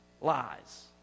lies